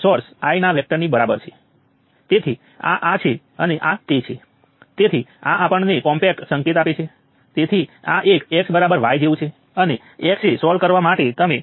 તે કિસ્સાઓમાં તે સમજી શકાય છે કે અન્ય નોડ કેટલાક ગર્ભિત રેફરન્સ નોડ છે જે સામાન્ય રીતે નોડલ એનાલિસિસ માટે પસંદ કરાયેલ રેફરન્સ નોડ અથવા સર્કિટમાં ગ્રાઉન્ડ તરીકે સૂચવવામાં આવે છે